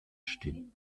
still